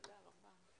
תודה רבה.